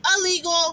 Illegal